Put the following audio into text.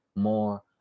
more